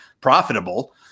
profitable